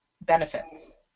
benefits